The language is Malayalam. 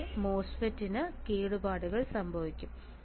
എന്റെ മോസ്ഫെറ്റിന് കേടുപാടുകൾ സംഭവിക്കാം